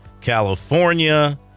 California